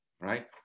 Right